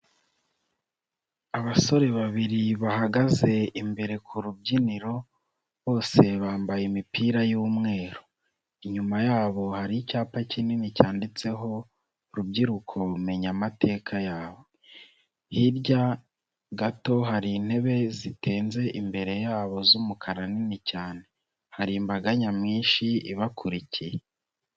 Abasore babiri bahagaze imbere ku rubyiniro, bose bambaye imipira y'umweru, inyuma yabo hari icyapa kinini cyanditseho rubyiruko menya amateka yawe, hirya gato hari intebe zitenze imbere yabo z'umukara nini cyane, hari imbaga nyamwinshi ibakurikiye.